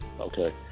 Okay